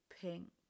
pink